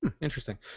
Interesting